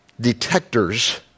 detectors